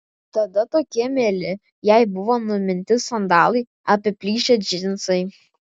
tada tokie mieli jai buvo numinti sandalai apiplyšę džinsai